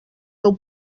meu